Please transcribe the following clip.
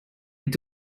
est